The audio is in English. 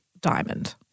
diamond